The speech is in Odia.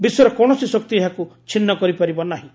ବିଶ୍ୱର କୌଣସି ଶକ୍ତି ଏହାକୁ ଛିନ୍ନ କରିପାରିବ ନାହିଁ